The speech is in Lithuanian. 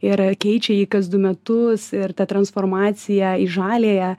ir keičia jį kas du metus ir ta transformacija į žaliąją